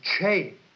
change